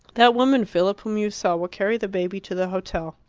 that woman, philip, whom you saw will carry the baby to the hotel.